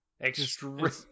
extreme